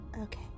Okay